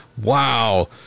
Wow